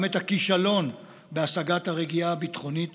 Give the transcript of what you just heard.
גם את הכישלון בהשגת הרגיעה הביטחונית